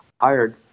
hired